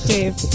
Dave